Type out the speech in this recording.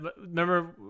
Remember